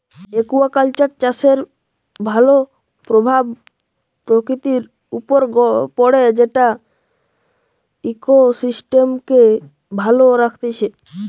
aquaculture চাষের ভাল প্রভাব প্রকৃতির উপর পড়ে যেটা ইকোসিস্টেমকে ভালো রাখতিছে